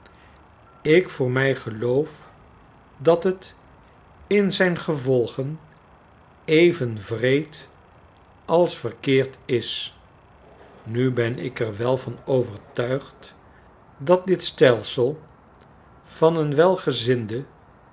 ik voor mij geloof dat het in zijn gevolgen even wreed als verkeerd is nu ben ik er wel van overtuigd dat dit stelsel van een